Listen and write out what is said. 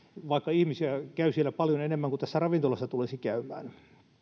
vaikka ihmisiä käy siellä paljon enemmän kuin tässä ravintolassa tulisi käymään